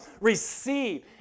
receive